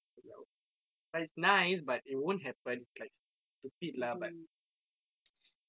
it's like oh but it's nice but it won't happen it's like stupid lah but